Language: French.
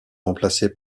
remplacé